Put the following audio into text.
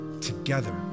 together